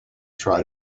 try